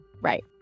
Right